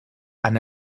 and